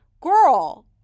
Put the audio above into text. Girl